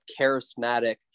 charismatic